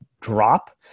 drop